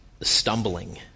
stumbling